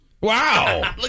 Wow